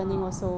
ah